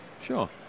Sure